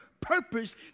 purpose